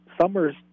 summers